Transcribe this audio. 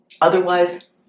Otherwise